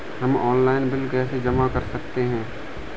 हम online bill कैसे जमा कर सकते हैं?